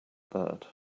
that